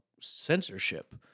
censorship